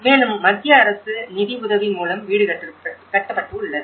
மேலும் மத்திய அரசு நிதி உதவி மூலம் வீடு கட்டப்பட்டுள்ளது